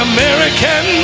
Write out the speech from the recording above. American